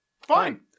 Fine